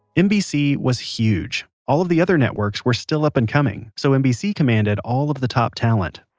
nbc was huge. all of the other networks were still up and coming so nbc commanded all of the top talent